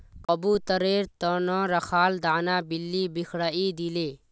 कबूतरेर त न रखाल दाना बिल्ली बिखरइ दिले